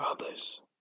others